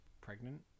pregnant